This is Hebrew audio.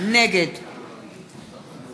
נגד